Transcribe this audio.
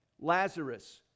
Lazarus